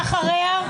ואחריה?